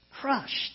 Crushed